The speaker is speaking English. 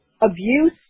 abuse